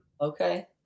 Okay